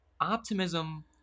optimism